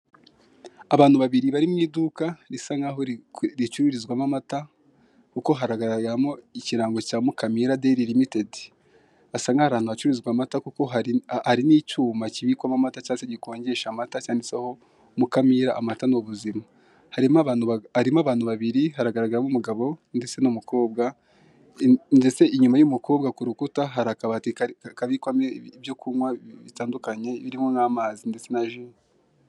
Umuhanda nyabagendwa aho bigaragara ko ukorerwamo mu byerekezo byombi, ku ruhande rw'uburyo bw'umuhanda hakaba haparitse abamotari benshi cyane bigaragara ko bategereje abagenzi kandi hirya hakagaragara inzu nini cyane ubona ko ikorerwamo ubucuruzi butandukanye, ikirere kikaba gifite ishusho isa n'umweru.